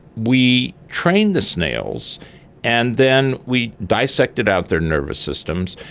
we trained the snails and then we dissected out their nervous systems.